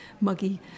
muggy